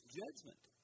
judgment